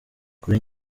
kuri